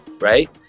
right